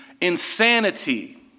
insanity